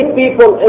people